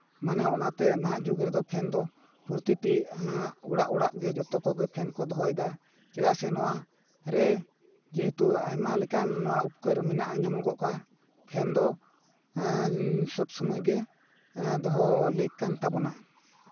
ᱢᱟᱱᱮ ᱚᱱᱟᱛᱮ ᱱᱟᱦᱟᱜ ᱡᱩᱜᱽ ᱨᱮᱫᱚ ᱯᱷᱮᱱ ᱫᱚ ᱯᱨᱚᱛᱤᱴᱤ ᱚᱲᱟᱜ ᱚᱲᱟᱜ ᱜᱮ ᱡᱚᱛᱚ ᱠᱚᱜᱮ ᱯᱷᱮᱱ ᱠᱚ ᱫᱚᱦᱚᱭᱮᱫᱟ ᱪᱮᱫᱟᱜ ᱥᱮ ᱱᱚᱣᱟ ᱨᱮ ᱡᱮᱦᱮᱛᱩ ᱟᱭᱢᱟ ᱞᱮᱠᱟᱱ ᱩᱯᱠᱟᱹᱨ ᱢᱮᱱᱟᱜᱼᱟ ᱧᱟᱢᱚᱜᱚᱜᱼᱟ ᱯᱷᱮᱱ ᱫᱚ ᱥᱚᱵ ᱥᱚᱢᱚᱭ ᱜᱮ ᱫᱚᱦᱚ ᱞᱮᱠ ᱠᱟᱱ ᱛᱟᱵᱳᱱᱟ